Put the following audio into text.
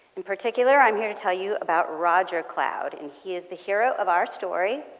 in particular i'm here to tell you about roger cloud. and he is the hero of our story,